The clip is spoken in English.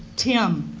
tim,